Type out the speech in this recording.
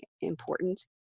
important